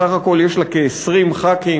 בסך הכול יש לה כ-20 ח"כים.